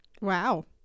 Wow